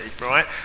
right